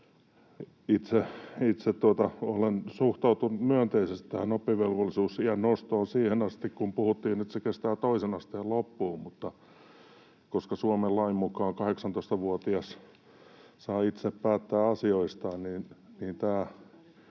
Itse olen suhtautunut myönteisesti tähän oppivelvollisuusiän nostoon siihen asti, kun puhuttiin, että se kestää toisen asteen loppuun. Mutta koska Suomen lain mukaan 18-vuotias saa itse päättää asioistaan,